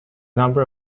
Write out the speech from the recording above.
number